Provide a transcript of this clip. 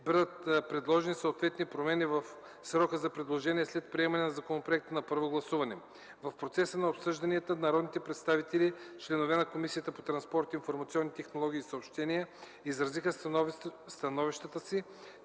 бъдат предложени съответни промени в срока за предложения след приемането на законопроекта на първо гласуване. В процеса на обсъжданията народните представители – членове на Комисията по транспорт, информационни технологии и съобщения, изразиха становищата си,